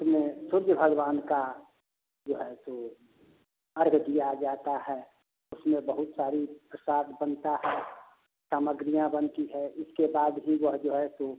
उसमें भगवान का जो है सो आ जाता है उसमें बहुत सारी प्रसाद बनता सामग्रियाँ बनती हैं इसके बाद भी जो है सो